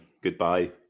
goodbye